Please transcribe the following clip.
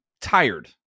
tired